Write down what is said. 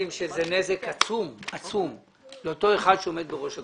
שהם נזק עצום לאותו אחד שעומד בראש הגמ"ח.